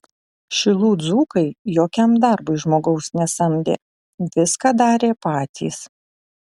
šilų dzūkai jokiam darbui žmogaus nesamdė viską darė patys